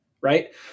right